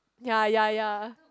ya ya ya